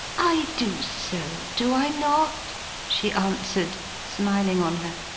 i do so. do i not she answered smiling on her.